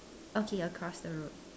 okay across the road